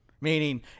Meaning